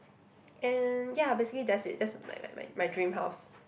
and ya basically that's it that's like my my my dream house